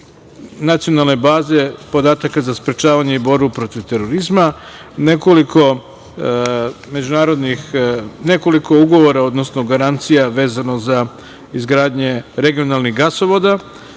Nacionalne baze podataka za sprečavanje i borbu protiv terorizma, nekoliko ugovora, odnosno garancija vezano za izgradnje regionalnih gasovoda